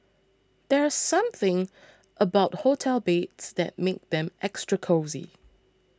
there's something about hotel beds that makes them extra cosy